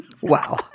wow